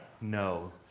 No